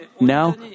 Now